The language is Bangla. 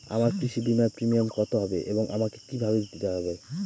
আমার কৃষি বিমার প্রিমিয়াম কত হবে এবং আমাকে কি ভাবে দিতে হবে?